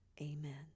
Amen